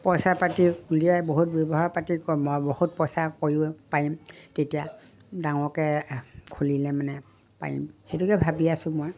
পইচা পাতি উলিয়াই বহুত ব্যৱহাৰ পাতি বহুত পইচা কৰিব পাৰিম তেতিয়া ডাঙৰকে খুলিলে মানে পাৰিম সেইটোকে ভাবি আছোঁ মই